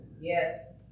Yes